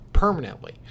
permanently